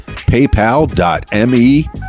PayPal.me